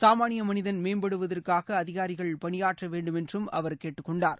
சமாளிய மனிதன் மேம்படுவதற்காக அதிகாரிகள் பணியாற்ற வேண்டும் என்று அவர் கேட்டுக்கொண்டார்